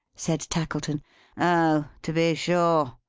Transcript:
said tackleton. oh to be sure.